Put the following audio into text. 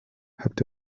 habt